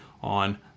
on